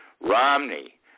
Romney